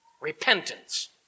repentance